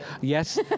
yes